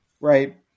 right